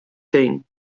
dean